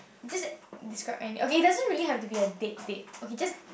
just describe any okay it doesn't really have to be a date date okay just